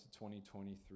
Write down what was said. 2023